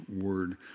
word